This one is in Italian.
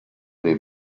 dei